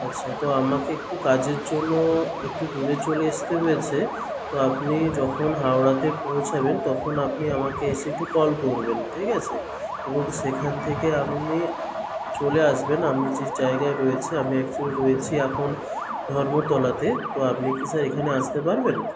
আচ্ছা তো আমাকে একটু কাজের জন্য একটু দূরে চলে আসতে হয়েছে তো আপনি যখন হাওড়াতে পৌঁছাবেন তখন আপনি আমাকে এসে একটু কল করবেন ঠিক আছে এবং সেখান থেকে আপনি চলে আসবেন আমি যে জায়গায় রয়েছি আমি অ্যাকচুয়াল রয়েছি এখন ধর্মতলাতে তো আপনি কি স্যার এখানে আসতে পারবেন